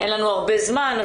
אין לנו הרבה זמן,